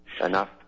Enough